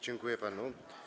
Dziękuję panu.